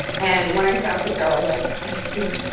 and when i found clipscribe, i was like thank you,